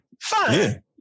Fine